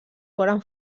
foren